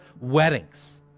Weddings